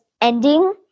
ending